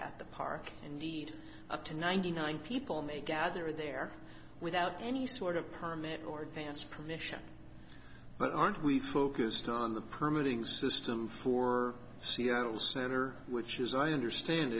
at the park and need up to ninety nine people may gather there without any sort of permit or advance permission but aren't we focused on the permalink system for seattle center which as i understand